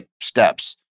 steps